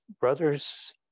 brothers